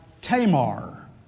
Tamar